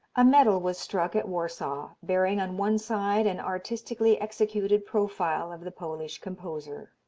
a medal was struck at warsaw, bearing on one side an artistically executed profile of the polish composer.